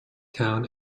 town